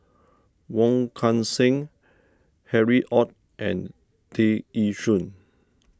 Wong Kan Seng Harry Ord and Tear Ee Soon